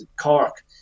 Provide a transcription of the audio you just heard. Cork